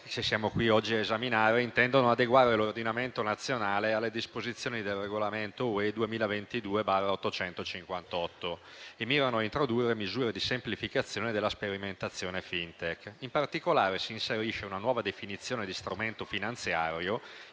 che siamo qui oggi a esaminare intendono adeguare l'ordinamento nazionale alle disposizioni del regolamento UE 2022/858 e mirano a introdurre misure di semplificazione della sperimentazione FinTech. In particolare, si inserisce una nuova definizione di strumento finanziario,